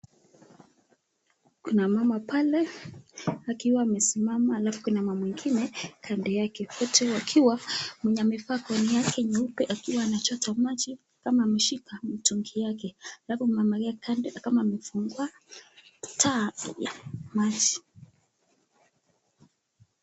Kuna mama pale akiwa amesimama halafu kuna mama mwengine kando yake. Wate wakiwa, mwenye amevaa gauni yake nyeupe akiwa anachota maji kama ameshika mtungi yake halafu ameangalia kando kama amefungua taa la maji.